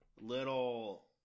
little